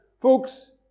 folks